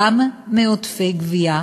גם מעודפי גבייה